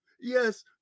Yes